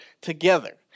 together